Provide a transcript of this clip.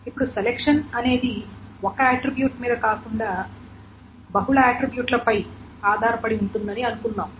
ఇప్పుడు సెలక్షన్ అనేది ఒక ఆట్రిబ్యూట్ మీద కాకుండా బహుళ ఆట్రిబ్యూట్లపై ఆధారపడి ఉంటుందని అనుకుందాం